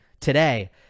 today